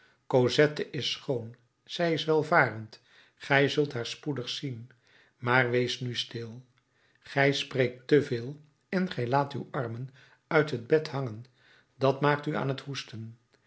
cosette is schoon zij is welvarend gij zult haar spoedig zien maar wees nu stil gij spreekt te veel en gij laat uw armen uit het bed hangen dat maakt u aan t hoesten